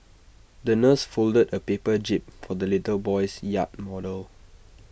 the nurse folded A paper jib for the little boy's yacht model